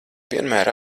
vienmēr